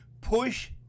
push